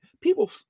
people